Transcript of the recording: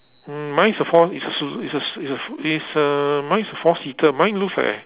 mm mine is a four is also is the is the is err mine is a four seater mine looks like